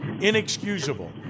Inexcusable